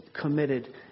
committed